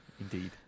Indeed